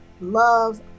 love